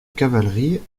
cavalerie